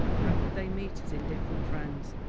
how could they meet as indifferent friends?